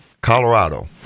Colorado